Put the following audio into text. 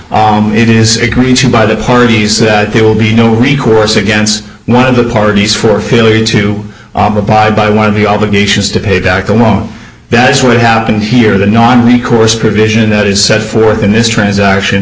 else it is agreed to by the parties that they will be no recourse against one of the parties for failure to abide by one of the obligations to pay back the loan that's what happened here the non recourse provision that is set forth in this transaction